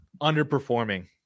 underperforming